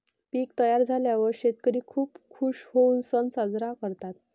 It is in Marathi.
पीक तयार झाल्यावर शेतकरी खूप खूश होऊन सण साजरा करतात